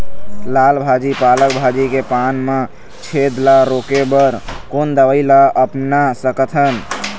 लाल भाजी पालक भाजी के पान मा छेद ला रोके बर कोन दवई ला अपना सकथन?